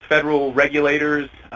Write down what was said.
federal regulators,